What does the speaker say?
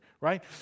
right